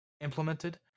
implemented